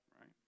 right